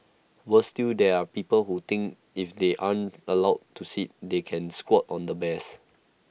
worse still there are people who think if they aren't allowed to sit they can squat on the bears